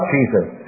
Jesus